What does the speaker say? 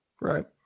Right